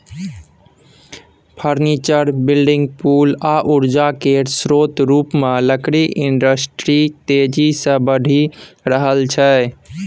furniture, building, पुल आ उर्जा केर स्रोत रुपमे लकड़ी इंडस्ट्री तेजी सँ बढ़ि रहल छै